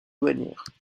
douanières